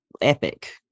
epic